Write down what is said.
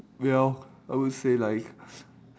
well I would say like